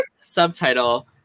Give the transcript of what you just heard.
subtitle